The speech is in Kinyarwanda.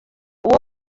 uwo